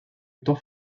étant